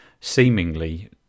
seemingly